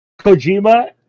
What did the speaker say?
Kojima